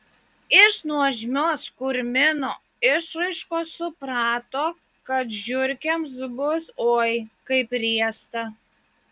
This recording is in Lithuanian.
iš nuožmios kurmino išraiškos suprato kad žiurkėms bus oi kaip riesta